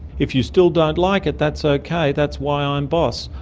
if you still don't like it, that's okay that's why i'm boss.